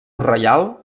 reial